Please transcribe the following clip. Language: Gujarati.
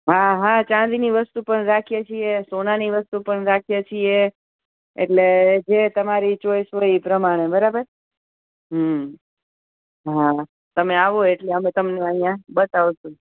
હા હા ચાંદીની વસ્તુ પણ રાખીએ છીએ સોનાની વસ્તુ પણ રાખીએ છીએ એટલે જે તમારી ચોઇસ હોય એ પ્રમાણે બરાબર હમ હા તમે આવો એટલે અમે તમને અહીંયા બતાવીશું